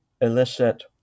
elicit